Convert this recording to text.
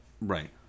right